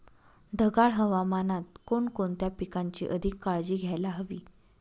ढगाळ हवामानात कोणकोणत्या पिकांची अधिक काळजी घ्यायला हवी?